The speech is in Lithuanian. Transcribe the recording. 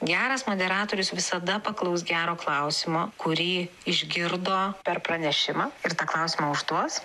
geras moderatorius visada paklaus gero klausimo kurį išgirdo per pranešimą ir tą klausimą užduos